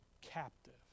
captive